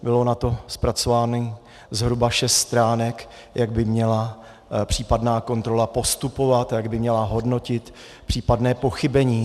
Bylo na to zpracováno zhruba šest stránek, jak by měla případná kontrola postupovat, jak by měla hodnotit případné pochybení.